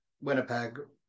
Winnipeg